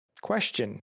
question